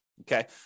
okay